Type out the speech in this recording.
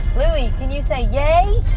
louie, can you say yay?